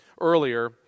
Earlier